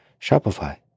Shopify